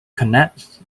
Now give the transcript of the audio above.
connects